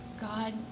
God